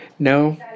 No